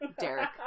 Derek